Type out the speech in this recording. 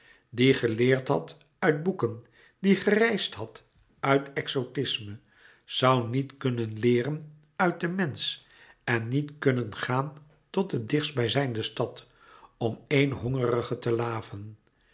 die geleerd had uit boeken die gereisd had uit exotisme zoû niet kunnen leeren uit den mensch en niet kunnen gaan tot de dichtst bijzijnde stad om éen hongerige te laven